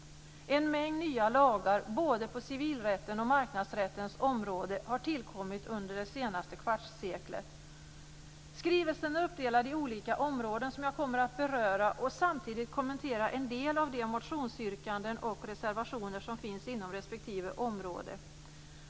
En mängd nya lagar, både på civilrättens och på marknadsrättens område har tillkommit under det senaste kvartsseklet. Skrivelsen är uppdelad i olika områden som jag kommer att beröra. Samtidigt kommer jag att kommentera en del av de motionsyrkanden och reservationer som finns inom respektive område.